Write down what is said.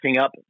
up